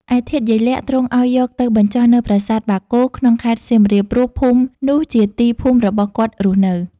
ឯធាតុយាយលាក់ ទ្រង់ឲ្យយកទៅបញ្ចុះនៅ ប្រាសាទបាគោ ក្នុងខេត្តសៀមរាប ព្រោះភូមិនោះជាទីភូមិរបស់គាត់រស់នៅ។